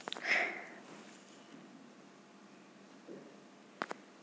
गेहूँ किस प्रकार की मिट्टी में सबसे अच्छा उगाया जाता है?